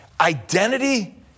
identity